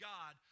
God